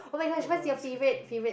got the and all